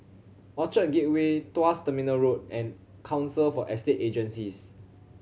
Orchard Gateway Tuas Terminal Road and Council for Estate Agencies